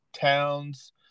towns